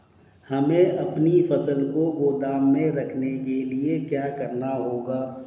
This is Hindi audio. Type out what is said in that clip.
हमें अपनी फसल को गोदाम में रखने के लिये क्या करना होगा?